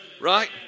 right